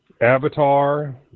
avatar